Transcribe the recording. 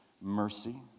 mercy